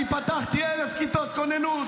אני פתחתי 1,000 כיתות כוננות.